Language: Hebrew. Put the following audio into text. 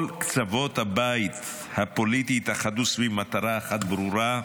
כל קצוות הבית הפוליטי התאחדו סביב מטרה אחרת ברורה,